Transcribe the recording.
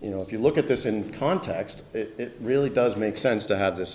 you know if you look at this in context it really does make sense to have this